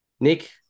Nick